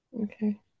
Okay